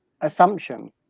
assumption